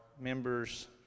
members